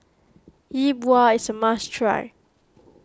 Yi Bua is a must try